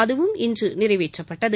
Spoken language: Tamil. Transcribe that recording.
அதுவும் இன்று நிறைவேற்றப்பட்டது